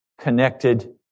connected